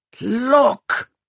Look